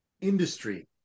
industry